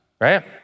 right